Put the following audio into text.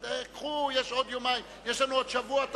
קחו, יש לנו עוד שבוע.